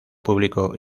público